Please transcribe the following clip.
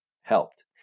helped